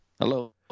Hello